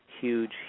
huge